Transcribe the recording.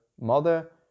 mother